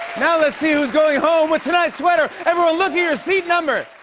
now let's see who's going home with tonight's sweater. everyone, look at your seat number.